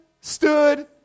stood